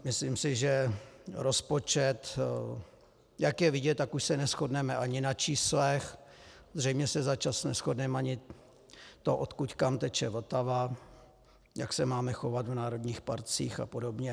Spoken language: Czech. Myslím si, že rozpočet jak je vidět, tak už se neshodneme ani na číslech, zřejmě se za čas neshodneme ani na tom, odkud kam teče Vltava, jak se máme chovat v národních parcích apod.